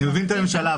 אני מבין את הממשלה,